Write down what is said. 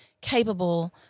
capable